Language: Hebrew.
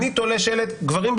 אני תולה שלט: גברים,